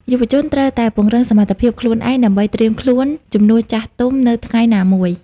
យុវជនត្រូវតែពង្រឹងសមត្ថភាពខ្លួនឯង ដើម្បីត្រៀមខ្លួនជំនួសចាស់ទុំនៅថ្ងៃណាមួយ។